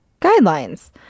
guidelines